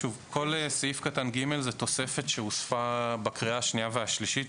כל סעיף קטן (ג) זאת תוספת שהוספה בקריאה השנייה והשלישית,